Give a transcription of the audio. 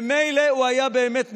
ומילא הוא היה באמת נדרש,